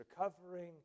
recovering